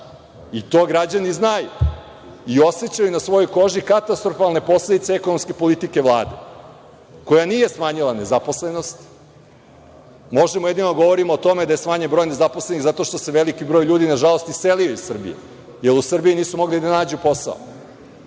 i to građani znaju i osećaju na svojoj koži katastrofalne posledice ekonomske politike Vlade, koja nije smanjila nezaposlenost. Možemo jedino da govorimo o tome da je smanjen broj nezaposlenih, zato što se veliki broj ljudi, nažalost, iselio iz Srbije, jer u Srbiji nisu mogli da nađu posao.